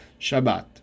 Shabbat